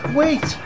wait